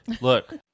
look